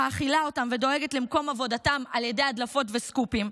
שמאכילה אותם ודואגת למקום עבודתם על ידי הדלפות וסקופים.